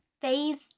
phase